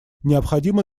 необходимо